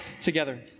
together